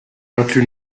inclut